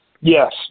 Yes